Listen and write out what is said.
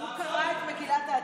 הוא קרא את מגילת העצמאות,